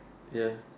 ya